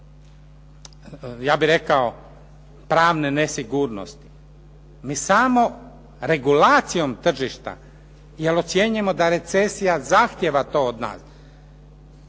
ja bih rekao, pravne nesigurnosti. Mi samo regulacijom tržišta, jer ocjenjujemo da recesija zahtjeva to od nas,